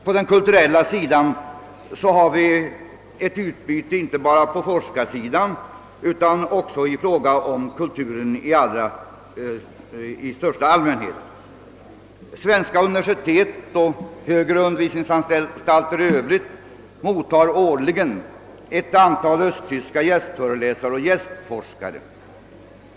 På den kulturella sidan har vi ett utbyte inte bara på forskarsidan utan i fråga om kulturen i största allmänhet. Svenska universitet och högre undervisningsanstalter mottar årligen ett antal östtyska gästföreläsare och gästforskare.